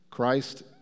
Christ